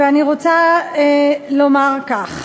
ואני רוצה לומר כך: